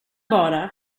bara